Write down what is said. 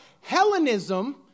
Hellenism